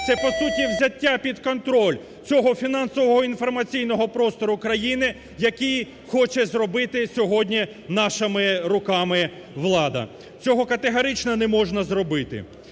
Це по суті взяття під контроль цього фінансового інформаційного простору країни, який хоче зробити сьогодні нашими руками влада. Цього категорично неможна зробити.